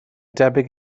debyg